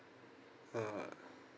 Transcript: uh